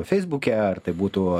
feisbuke ar tai būtų